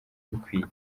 bikwiye